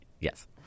Yes